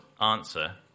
answer